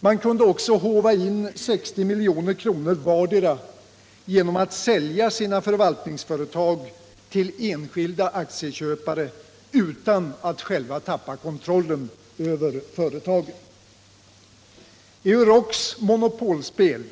Moderbolagen kunde också håva in 60 milj.kr. vartdera genom att sälja sina förvaltningsföretag till enskilda aktieköpare utan att själva tappa kontrollen över företagen. Eurocs monopolspel